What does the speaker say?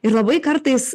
ir labai kartais